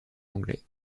anglais